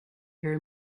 her